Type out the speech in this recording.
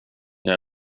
jag